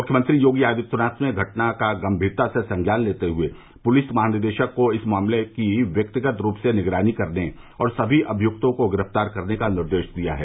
मुख्यमंत्री योगी आदित्यनाथ ने घटना का गंभीरता से संज्ञान लेते हुए पुलिस महानिदेशक को इस मामले की व्यक्तिगत रूप से निगरानी करने और सभी अभियुक्तों को गिरफ्तार करने का निर्देश दिया है